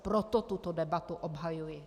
Proto tuto debatu obhajuji.